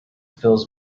fills